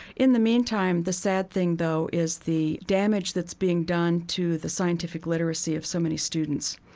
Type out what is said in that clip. in the meantime, the sad thing, though, is the damage that's being done to the scientific literacy of so many students.